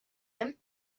him